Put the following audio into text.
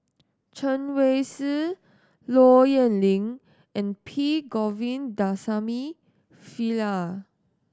Chen Wen Hsi Low Yen Ling and P Govindasamy Pillai